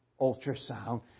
ultrasound